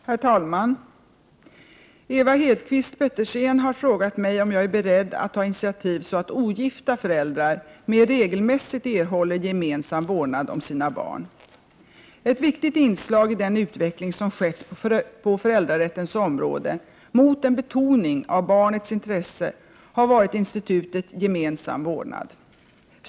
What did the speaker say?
Herr talman! Ewa Hedkvist Petersen har frågat mig om jag är beredd att ta initiativ så att ogifta föräldrar mer regelmässigt erhåller gemensam vårdnad om sina barn. Ett viktigt inslag i den utveckling som har skett på föräldrarättens område mot en betoning av barnets intresse har varit institutet gemensam vårdnad.